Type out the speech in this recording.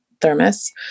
thermos